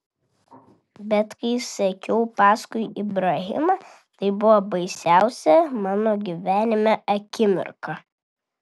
bet kai sekiau paskui ibrahimą tai buvo baisiausia mano gyvenime akimirka